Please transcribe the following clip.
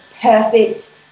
perfect